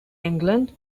england